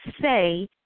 say